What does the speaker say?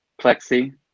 Plexi